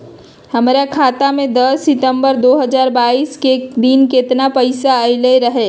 हमरा खाता में दस सितंबर दो हजार बाईस के दिन केतना पैसा अयलक रहे?